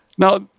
Now